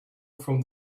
from